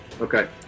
Okay